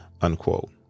unquote